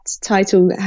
title